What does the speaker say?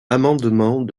amendement